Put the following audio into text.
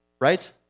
Right